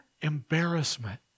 embarrassment